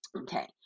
Okay